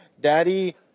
Daddy